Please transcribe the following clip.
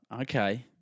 Okay